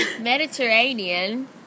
Mediterranean